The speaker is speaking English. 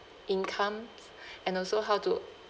incomes and also how to